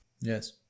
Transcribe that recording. Yes